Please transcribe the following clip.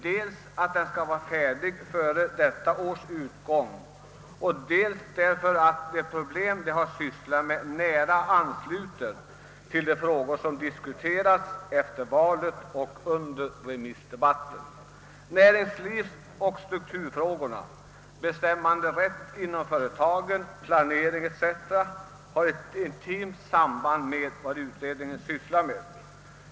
Dels skall utredningen vara färdig med arbetet före detta års utgång och dels ansluter sig de problem utredningen sysslar med till de frågor som diskuterats efter valet och här under remissdebatten. Näringslivsoch strukturfrågorna, bestämmanderätten inom företagen, planeringen o. s. v. har ett intimt samband med vad utredningen sysslar med.